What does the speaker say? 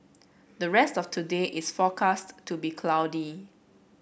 the rest of today is forecast to be cloudy